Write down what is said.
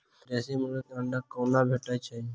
देसी मुर्गी केँ अंडा कोना भेटय छै?